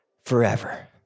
forever